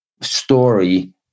story